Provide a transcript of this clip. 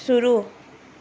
शुरू